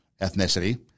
ethnicity